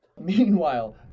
Meanwhile